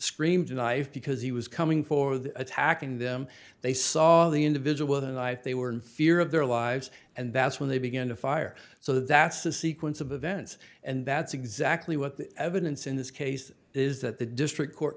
screams a knife because he was coming for the attacking them they saw the individual the knife they were in fear of their lives and that's when they begin to fire so that's the sequence of events and that's exactly what the evidence in this case is that the district court